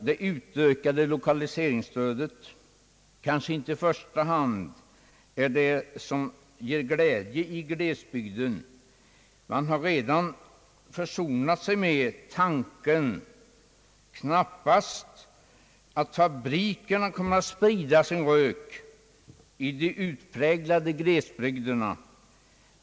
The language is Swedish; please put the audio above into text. Det utökade lokaliseringsstödet är kanske inte i första hand det som ger glädje i glesbygden — man har redan försonat sig med tanken att fabrikerna knappast kommer att sprida sin rök i de utpräglade glesbygderna.